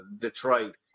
Detroit